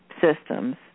systems